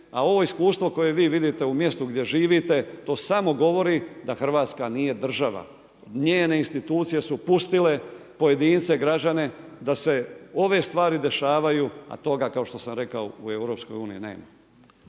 a ovo iskustvo koje vi vidite u mjestu gdje živite, to samo govori da Hrvatska nije država. Njene institucije su pustile, pojedince, građane, da se ove stvari dešavaju, a toga kao što sam rekao u EU, nema.